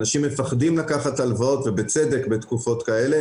אנשים מפחדים לקחת הלוואות ובצדק בתקופות כאלה.